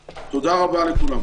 תודה.